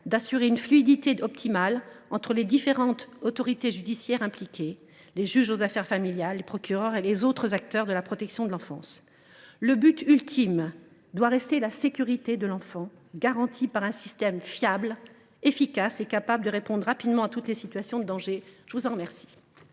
d’assurer une fluidité optimale entre les différentes autorités judiciaires impliquées, à commencer par les juges aux affaires familiales et les procureurs, et les autres acteurs de la protection de l’enfance. Le but ultime doit rester la sécurité de l’enfant, garantie par un système fiable, efficace et capable de répondre rapidement à toutes les situations de danger. La discussion générale